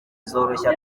zoroshya